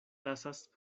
lasas